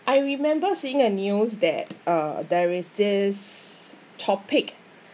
I remember seeing a news that uh there is this topic